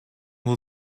will